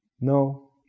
No